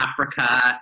Africa